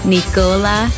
Nicola